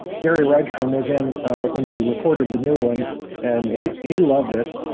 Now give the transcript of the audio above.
gary rydstrom was in when we recorded the new one and he he loved it.